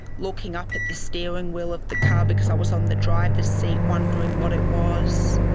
looking up at the steering wheel of the car because i was on the driver's seat wondering what it was.